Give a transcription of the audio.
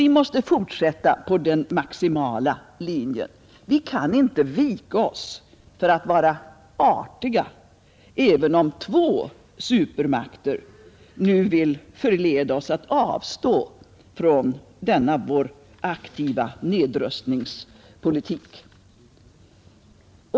Vi måste alltså fortsätta på den maximala linjen. Vi kan inte vika oss för att vara snälla och artiga, även om två supermakter nu vill förleda oss att avstå från denna vår aktiva nedrustningspolitik.